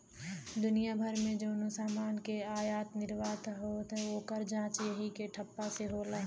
दुनिया भर मे जउनो समान के आयात निर्याट होत हौ, ओकर जांच यही के ठप्पा से होला